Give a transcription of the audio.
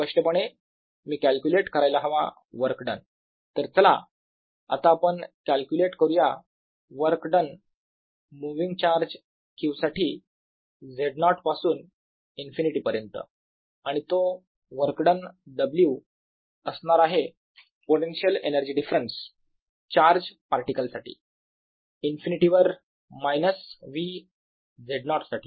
स्पष्टपणे मी कॅल्क्युलेट करायला हवा वर्क डन तर चला आता आपण कॅल्क्युलेट करूया work done moving charge q साठी Z0 पासून इनफिनिटी पर्यंत आणि तो वर्क डन W असणार आहे potential energy difference charge particle साठी इफिनिटी वर मायनस V Z0 साठी